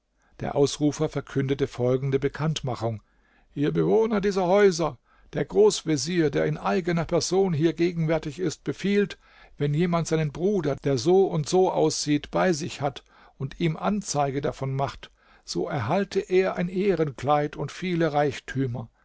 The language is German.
der ausrufer verkündete folgende bekanntmachung ihr bewohner dieser häuser der großvezier der in eigener person hier gegenwärtig ist befiehlt wenn jemand seinen bruder der so und so aussieht bei sich hat und ihm anzeige davon macht so erhalte er ein ehrenkleid und viele reichtümer